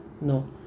No